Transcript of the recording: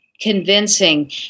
convincing